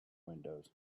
windows